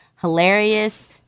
hilarious